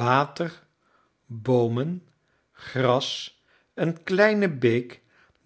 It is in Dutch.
water boomen gras eene kleine beek